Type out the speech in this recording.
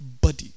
body